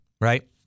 right